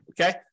Okay